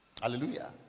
Hallelujah